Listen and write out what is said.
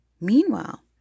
Meanwhile